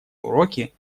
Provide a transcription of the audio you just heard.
уроки